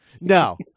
No